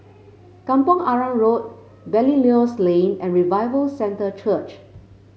Kampong Arang Road Belilios Lane and Revival Centre Church